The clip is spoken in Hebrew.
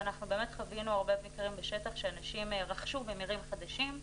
ואנחנו באמת חווינו הרבה מקרים בשטח שאנשים רכשו ממירים חדשים משודרגים,